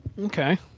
Okay